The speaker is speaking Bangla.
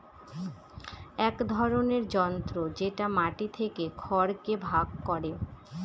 এক ধরনের যন্ত্র যেটা মাটি থেকে খড়কে ভাগ করে